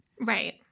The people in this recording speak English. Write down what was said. right